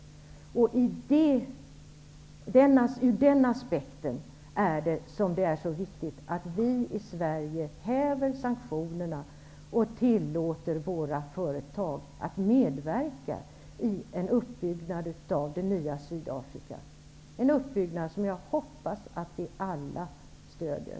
Ur den aspekten är det viktigt att vi i Sverige häver sanktionerna och tillåter våra företag att medverka i en uppbyggnad av det nya Sydafrika, en uppbyggnad som jag hoppas att vi alla stöder.